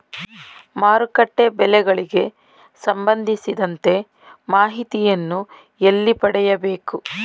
ಮಾರುಕಟ್ಟೆ ಬೆಲೆಗಳಿಗೆ ಸಂಬಂಧಿಸಿದಂತೆ ಮಾಹಿತಿಯನ್ನು ಎಲ್ಲಿ ಪಡೆಯಬೇಕು?